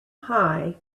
high